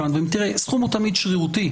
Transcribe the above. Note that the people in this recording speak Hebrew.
אבל אם היא תתממש והתוצאה היא שעיריות תתחלנה לנהל